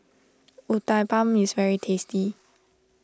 Uthapam is very tasty